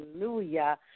Hallelujah